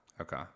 Okay